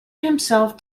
himself